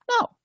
No